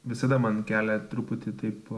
visada man kelia truputį taip